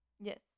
Yes